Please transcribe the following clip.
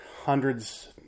hundreds